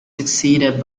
succeeded